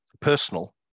personal